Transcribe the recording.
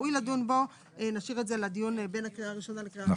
שראוי לדון בו נשאיר את זה לדיון בין הקריאה הראשונה לשנייה ושלישית.